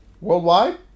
worldwide